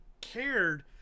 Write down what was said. cared